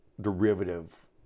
derivative